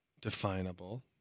definable